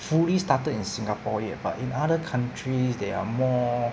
fully started in singapore yet but in other countries they are more